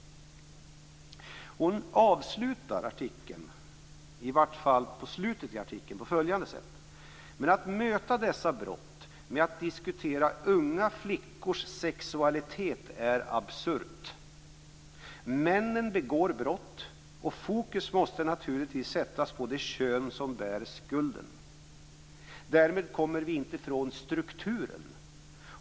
Margareta Winberg skriver i slutet av artikeln: "Men att möta dessa brott med att diskutera unga flickors sexualitet är absurt. Männen begår brott och fokus måste naturligtvis sättas på det kön som bär skulden. Därmed kommer vi inte ifrån strukturen.